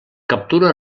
captura